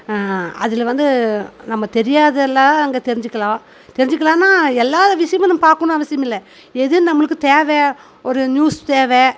அதில் வந்து நம்ம தெரியாதல்லாம் அங்கே தெரிஞ்சுக்கலாம் தெரிஞ்சுக்கிலானா எல்லாம் விஷயமும் நம்ம பார்க்கணுன்னு அவசியமில்லை எது நம்மளுக்கு தேவை ஒரு நியூஸ் தேவை